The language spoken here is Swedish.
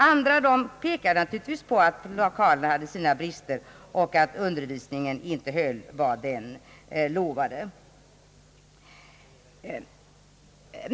Andra talade naturligtvis om att lokalerna hade sina brister och att undervisningen inte höll vad den lovade.